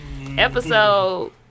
Episode